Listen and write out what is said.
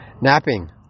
Napping